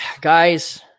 Guys